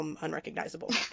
unrecognizable